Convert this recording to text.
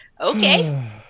Okay